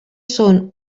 són